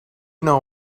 know